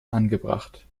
angebracht